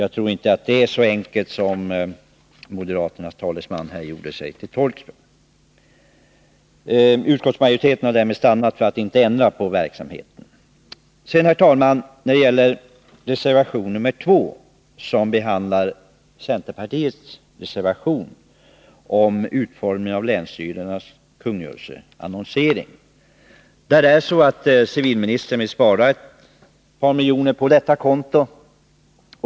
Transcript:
Jag tror inte att det är så enkelt som moderaternas talesman gjorde gällande. Utskottsmajoriteten har därmed stannat för att inte ändra på verksamheten. Centerpartiets reservation nr 2 berör utformningen av länsstyrelsernas kungörelseannonsering. Civilministern vill spara ett par miljoner på detta konto.